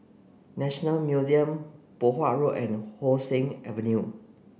National Museum Poh Huat Road and How Sun Avenue